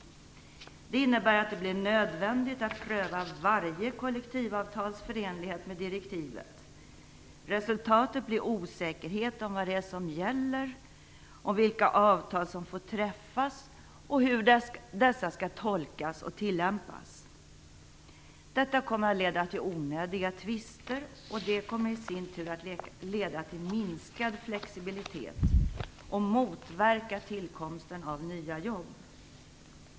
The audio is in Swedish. Det innebär att det blir nödvändigt att pröva varje kollektivavtals förenlighet med direktivet. Resultatet blir osäkerhet om vad det är som gäller, vilka avtal som får träffas och hur dessa skall tolkas och tillämpas. Detta kommer att leda till onödiga tvister, och det i sin tur kommer att leda till minskad flexibilitet och motverka tillkomsten av nya jobb.